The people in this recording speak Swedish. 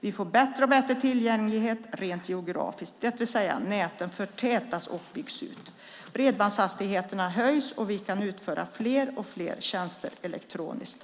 Vi får bättre och bättre tillgänglighet rent geografiskt, det vill säga att näten förtätas och byggs ut. Bredbandshastigheterna höjs, och vi kan utföra fler och fler tjänster elektroniskt.